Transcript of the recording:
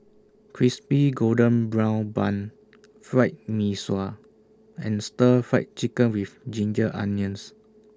Crispy Golden Brown Bun Fried Mee Sua and Stir Fried Chicken with Ginger Onions